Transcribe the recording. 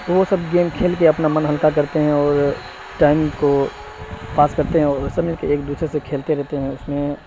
تو وہ سب گیم کھیل کے اپنا من ہلکا کرتے ہیں اور ٹائم کو پاس کرتے ہیں اور سب مل کے ایک دوسرے سے کھیلتے رہتے ہیں اس میں